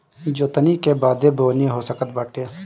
जोतनी के बादे बोअनी हो सकत बाटे